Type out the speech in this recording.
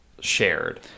shared